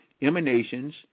emanations